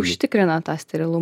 užtikrina tą sterilumą